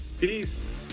Peace